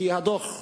כי הדוח,